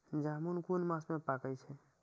जामून कुन मास में पाके छै?